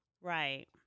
Right